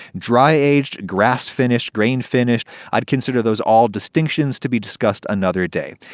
dry-aged, grass-finished, grain-finished i'd consider those all distinctions to be discussed another day.